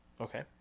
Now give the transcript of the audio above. Okay